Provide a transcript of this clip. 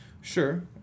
Sure